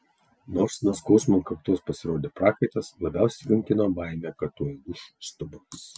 nors nuo skausmo ant kaktos pasirodė prakaitas labiausiai kankino baimė kad tuoj lūš stuburas